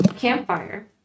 Campfire